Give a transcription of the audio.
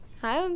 Hi